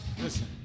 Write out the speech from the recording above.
listen